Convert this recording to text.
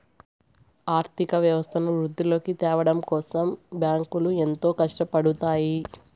ఆర్థిక వ్యవస్థను వృద్ధిలోకి త్యావడం కోసం బ్యాంకులు ఎంతో కట్టపడుతాయి